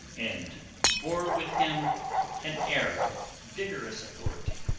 and bore with him an air of vigorous authority.